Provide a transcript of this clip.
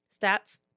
stats